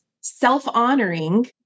self-honoring